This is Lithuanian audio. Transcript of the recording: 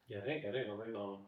gerai gerai labai įdomu